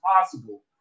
possible